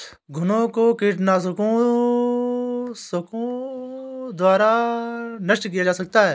घुनो को कीटनाशकों द्वारा नष्ट किया जा सकता है